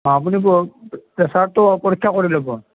আপুনি প্ৰেচাৰটো পৰীক্ষা কৰি ল'ব